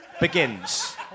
begins